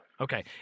Okay